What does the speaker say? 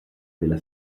della